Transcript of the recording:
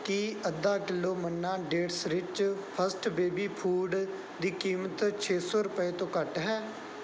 ਕੀ ਅੱਧਾ kilo Manna dates rich first baby food ਦੀ ਕੀਮਤ ਛੇ ਸੌ ਰੁਪਏ ਤੋਂ ਘੱਟ ਹੈ